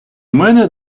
мене